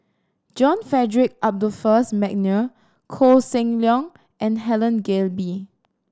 John Frederick Adolphus McNair Koh Seng Leong and Helen Gilbey